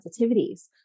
sensitivities